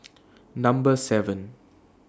Number seven